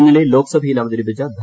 ഇന്നലെ ലോക്സഭയിൽ അവതരിപ്പിച്ചു